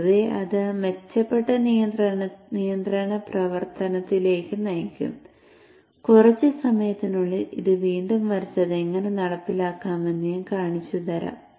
പൊതുവേ അത് മെച്ചപ്പെട്ട നിയന്ത്രണ പ്രവർത്തനത്തിലേക്ക് നയിക്കും കുറച്ച് സമയത്തിനുള്ളിൽ ഇത് വീണ്ടും വരച്ച് അത് എങ്ങനെ നടപ്പിലാക്കാമെന്ന് ഞാൻ കാണിച്ചുതരാം